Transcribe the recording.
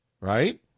right